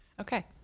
Okay